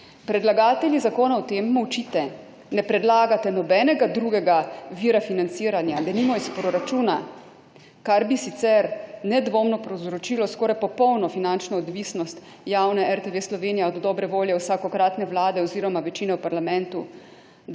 Predlagatelji zakona o tem molčite. Ne predlagate nobenega drugega vira financiranja, denimo iz proračuna, kar bi sicer nedvomno povzročilo skoraj popolno finančno odvisnost javne RTV Slovenija od dobre volje vsakokratne vlade oziroma večine v parlamentu,